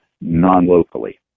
non-locally